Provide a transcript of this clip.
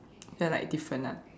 feel like different lah